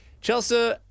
Chelsea